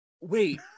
Wait